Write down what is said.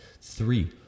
Three